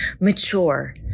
mature